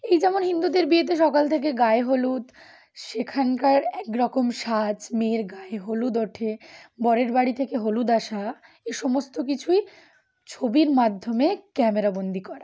এই যেমন হিন্দুদের বিয়েতে সকাল থেকে গায়ে হলুদ সেখানকার একরকম সাজ মেয়ের গায়ে হলুদ ওঠে বরের বাড়ি থেকে হলুদ আশা এ সমস্ত কিছুই ছবির মাধ্যমে ক্যামেরাবন্দি করে